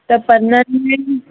त पननि में